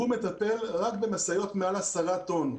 שהוא מטפל רק במשאיות מעל 10 טון.